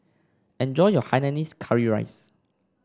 enjoy your Hainanese Curry Rice